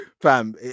Fam